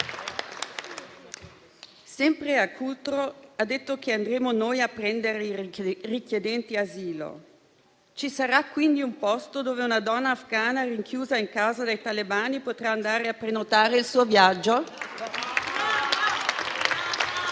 Sempre a Cutro, ha detto che andremo noi a prendere i richiedenti asilo. Ci sarà quindi un posto dove una donna afghana, rinchiusa in casa dai talebani, potrà andare a prenotare il suo viaggio?